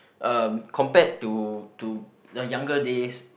uh compared to to the younger days